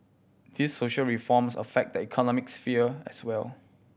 these social reforms affect the economic sphere as well